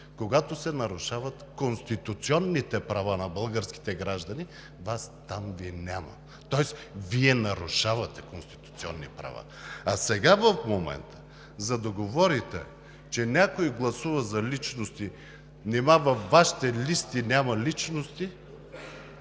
Когато се нарушават конституционните права на българските граждани, Вас там Ви няма. Тоест Вие нарушавате конституционни права. А сега, в момента, за да говорите, че някой гласува за личности, нима във Вашите листи няма личности?